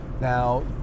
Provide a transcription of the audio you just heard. Now